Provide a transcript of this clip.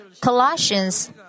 Colossians